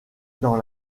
dans